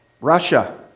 Russia